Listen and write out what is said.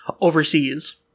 overseas